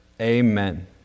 Amen